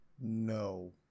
No